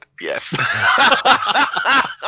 Yes